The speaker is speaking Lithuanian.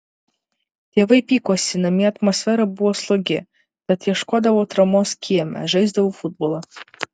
tėvai pykosi namie atmosfera buvo slogi tad ieškodavau atramos kieme žaisdavau futbolą